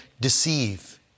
deceive